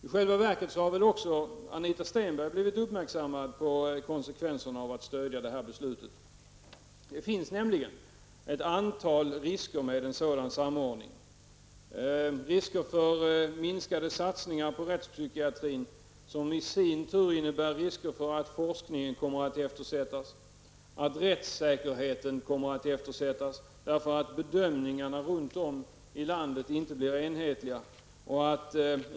I själva verket har väl också Anita Stenberg blivit uppmärksammad på konsekvensen av att stödja detta beslut. Det finns nämligen ett antal risker med en sådan samordning. Det är risker för minskade satsningar på rättspsykiatrin, som i sin tur innebär risker för att forskningen kommer att eftersättas, att rättssäkerheten kommer att eftersättas, därför att bedömningarna runt om i landet inte blir enhetliga.